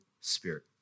spirit